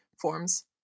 forms